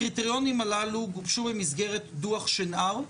הקריטריונים הללו גובשו במסגרת דוח שנהר,